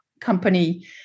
company